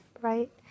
Right